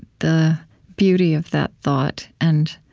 the beauty of that thought, and